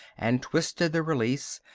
and twisted the release,